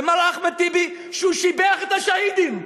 ומר אחמד טיבי, ששיבח את השהידים.